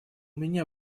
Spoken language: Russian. меня